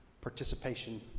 participation